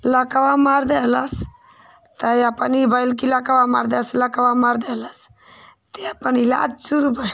लकवा मार देहलस तै अपनी बैल की लकवा देस लकवा मार देहलस तै अपन इलाज़ शुरू भइल